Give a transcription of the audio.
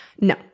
No